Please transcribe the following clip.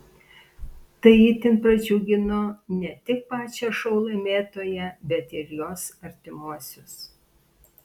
tai itin pradžiugino ne tik pačią šou laimėtoją bet ir jos artimuosius